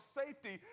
safety